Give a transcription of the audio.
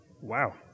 Wow